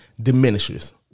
diminishes